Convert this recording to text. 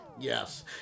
Yes